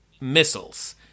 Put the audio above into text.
missiles